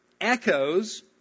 echoes